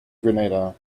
grenada